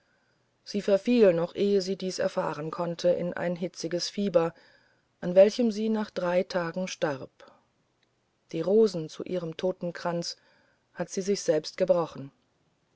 sie verfiel noch ehe sie dies erfahren konnte in ein hitziges fieber an welchem sie nach drei tagen starb die rosen zu ihrem totenkranz hatte sie sich selbst gebrochen